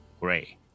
gray